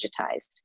digitized